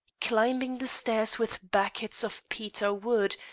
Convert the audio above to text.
climbing the stairs with backets of peat or wood,